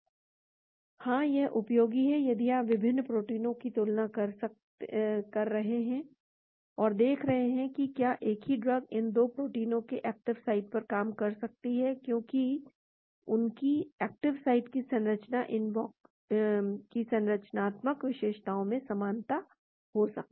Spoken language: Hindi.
हाँ यह उपयोगी है यदि आप विभिन्न प्रोटीनों की तुलना कर रहे हैं और देख रहे हैं कि क्या एक ही ड्रग इन 2 प्रोटीनों के एक्टिव साइट पर काम कर सकती है क्योंकि उनकी एक्टिव साइट की संरचनात्मक विशेषताओं में समानता हो सकती है